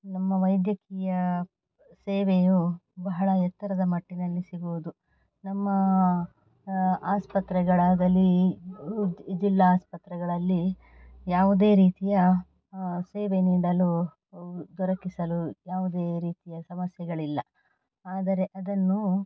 ನಮ್ಮ ವೈದ್ಯಕೀಯ ಸೇವೆಯು ಬಹಳ ಎತ್ತರದ ಮಟ್ಟಿನಲ್ಲಿ ಸಿಗುವುದು ನಮ್ಮ ಆಸ್ಪತ್ರೆಗಳಾಗಲಿ ಜಿಲ್ಲಾ ಆಸ್ಪತ್ರೆಗಳಲ್ಲಿ ಯಾವುದೇ ರೀತಿಯ ಸೇವೆ ನೀಡಲು ದೊರಕಿಸಲು ಯಾವುದೇ ರೀತಿಯ ಸಮಸ್ಯೆಗಳಿಲ್ಲ ಆದರೆ ಅದನ್ನು